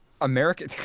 American